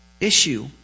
issue